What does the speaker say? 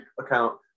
account